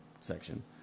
section